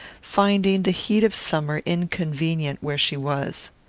finding the heat of summer inconvenient where she was.